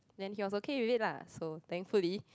then he was okay with it lah so thankfully